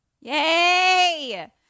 yay